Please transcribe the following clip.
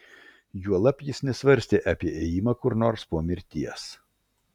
juolab jis nesvarstė apie ėjimą kur nors po mirties